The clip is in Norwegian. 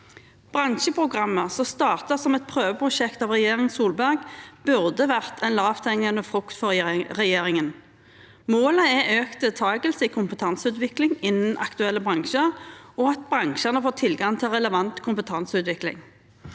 Bransjeprogrammer som ble startet som et prøveprosjekt av regjeringen Solberg, burde vært en lavthengende frukt for regjeringen. Målet er økt deltakelse i kompetanseutvikling innen aktuelle bransjer og at bransjene får tilgang til relevant kompetanseutvikling.